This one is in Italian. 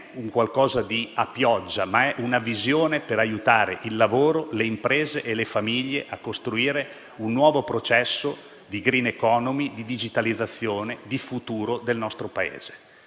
una distribuzione a pioggia, ma su una visione per aiutare il lavoro, le imprese e le famiglie a costruire un nuovo processo di *green economy*, di digitalizzazione, di futuro del nostro Paese.